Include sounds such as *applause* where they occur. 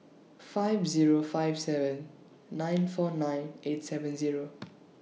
five Zero five seven nine four nine eight seven Zero *noise*